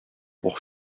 pour